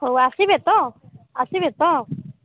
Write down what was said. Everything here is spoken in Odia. ହଉ ଆସିବେ ତ ଆସିବେ ତ